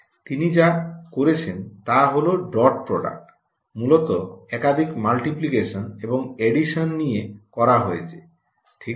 তিনি যা করেছেন তা হল ডট প্রডাক্ট মূলত একাধিক মাল্টিপ্লিকেশন এবং এডিশন নিয়ে করা হয়েছে ঠিক আছে